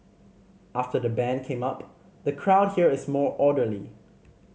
after the ban came up the crowd here is more orderly